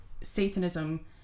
satanism